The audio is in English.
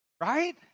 Right